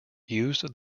used